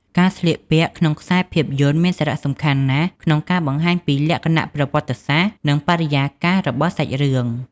ការស្លៀកពាក់ក្នុងខ្សែភាពយន្តមានសារៈសំខាន់ណាស់ក្នុងការបង្ហាញពីលក្ខណៈប្រវត្តិសាស្ត្រ និងបរិយាកាសរបស់សាច់រឿង។